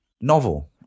Novel